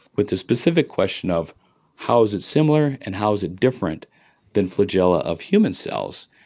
with the specific question of how is it similar and how is it different than flagella of human cells?